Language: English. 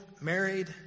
married